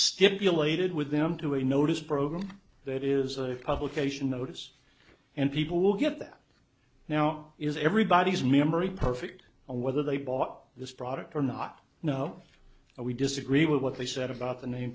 stipulated with them to a notice program that is a publication notice and people will get that now is everybody's memory perfect and whether they bought this product or not no we disagree with what they said about the name